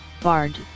Bard